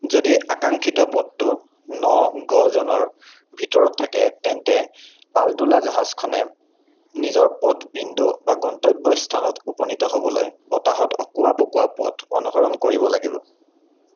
যদি আকাংক্ষিত পথটো ন গ জ'নৰ ভিতৰত থাকে তেন্তে পালতোলা জাহাজখনে নিজৰ পথ বিন্দু বা গন্তব্যস্থানত উপনীত হ'বলৈ বতাহত অকোৱা পকোৱা পথ অনুসৰণ কৰিব লাগিব